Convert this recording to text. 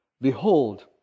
Behold